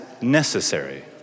necessary